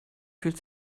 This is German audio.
fühlt